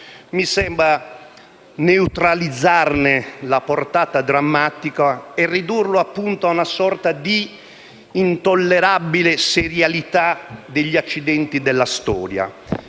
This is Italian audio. mi sembra neutralizzarne la portata drammatica e ridurla, appunto, a una sorta di intollerabile serialità degli accidenti della storia.